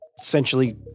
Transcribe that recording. essentially